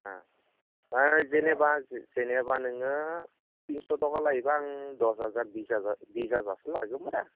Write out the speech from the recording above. जेनेबा जेनेबा नोङो तिनस' थाखा लायोब्ला आं दस हाजार बिस हाजारसो लागोमोन आरो